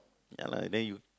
ya lah then you